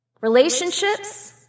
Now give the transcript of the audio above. relationships